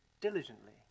diligently